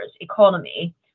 economy